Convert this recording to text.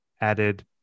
added